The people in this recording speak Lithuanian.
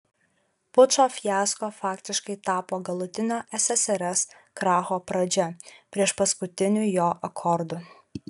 pučo fiasko faktiškai tapo galutinio ssrs kracho pradžia priešpaskutiniu jo akordu